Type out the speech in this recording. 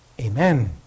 Amen